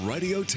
Radio